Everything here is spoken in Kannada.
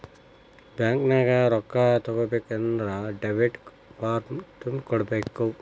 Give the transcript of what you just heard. ಬ್ಯಾಂಕ್ನ್ಯಾಗ ರೊಕ್ಕಾ ತಕ್ಕೊಬೇಕನ್ದ್ರ ಡೆಬಿಟ್ ಫಾರ್ಮ್ ತುಂಬಿ ಕೊಡ್ಬೆಕ್